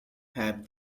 have